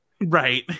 Right